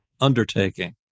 undertaking